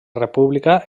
república